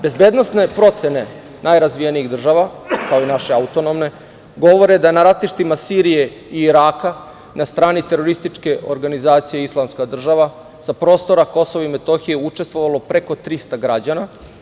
Bezbednosne procene najrazvijenijih država, kao i naše autonomne, govore da je na ratištima Sirije i Iraka na strani terorističke organizacije "Islamska država" sa prostora KiM učestvovalo preko 300 građana.